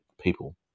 people